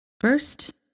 First